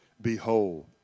behold